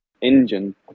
engine